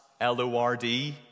L-O-R-D